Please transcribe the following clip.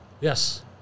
Yes